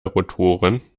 rotoren